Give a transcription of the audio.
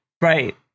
right